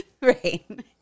Right